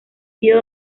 sido